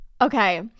Okay